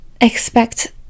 expect